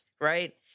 right